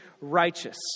righteous